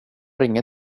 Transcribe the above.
ringer